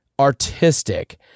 artistic